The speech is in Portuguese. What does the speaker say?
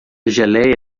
geleia